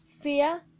fear